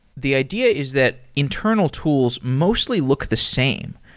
the idea is that internal tools mostly look the same.